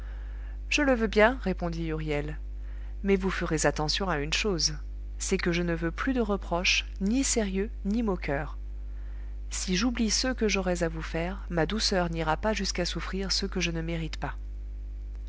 je le veux bien répondit huriel mais vous ferez attention à une chose c'est que je ne veux plus de reproches ni sérieux ni moqueurs si j'oublie ceux que j'aurais à vous faire ma douceur n'ira pas jusqu'à souffrir ceux que je ne mérite pas